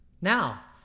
Now